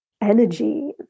energy